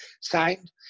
signed